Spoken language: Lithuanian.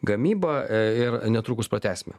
gamybą ir netrukus pratęsime